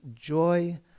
joy